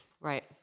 Right